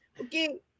Okay